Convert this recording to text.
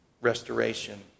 Restoration